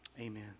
amen